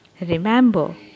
Remember